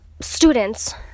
students